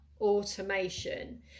automation